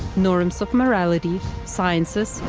norms of morality, science,